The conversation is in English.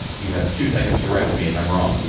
you have two seconds. correct me if i'm wrong.